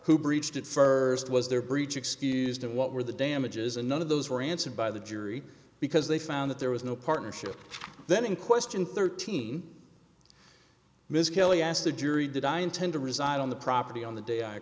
who breached it further it was their breach excused and what were the damages and none of those were answered by the jury because they found that there was no partnership then in question thirteen ms kelley asked the jury did i intend to resign on the property on the day i